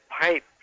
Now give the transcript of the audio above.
pipe